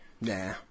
Nah